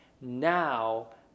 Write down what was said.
Now